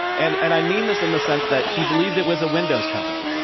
and and i mean this in the sense that he believed it was a windows company.